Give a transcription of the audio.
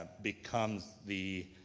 um becomes the